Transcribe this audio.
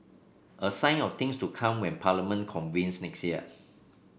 a sign of things to come when parliament convenes next year